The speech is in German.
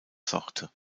sorte